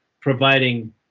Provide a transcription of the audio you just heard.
providing